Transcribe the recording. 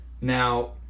now